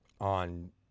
on